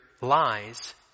lies